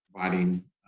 providing